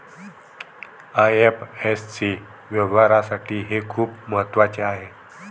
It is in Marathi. आई.एफ.एस.सी व्यवहारासाठी हे खूप महत्वाचे आहे